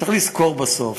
צריך לזכור, בסוף,